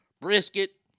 brisket